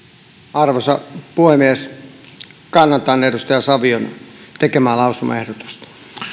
arvoisa puhemies kannatan edustaja savion tekemää lausumaehdotusta